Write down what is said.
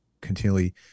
continually